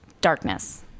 darkness